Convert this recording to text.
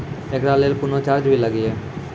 एकरा लेल कुनो चार्ज भी लागैये?